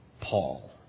Paul